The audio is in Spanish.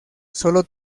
solo